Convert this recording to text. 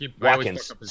Watkins